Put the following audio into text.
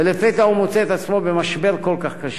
ולפתע הוא מוצא את עצמו במשבר כל כך קשה.